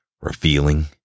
revealing